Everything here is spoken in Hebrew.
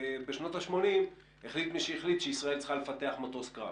בשנות ה-80' החליט מי שהחליט שישראל צריכה לפתח מטוס קרב.